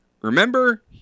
Remember